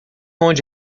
onde